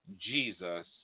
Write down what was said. Jesus